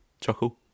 chuckle